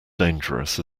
dangerous